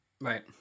Right